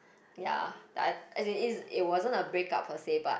ya I as it it wasn't a break up per se but